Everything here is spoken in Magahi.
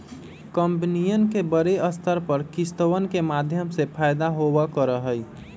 कम्पनियन के बडे स्तर पर किस्तवन के माध्यम से फयदा होवल करा हई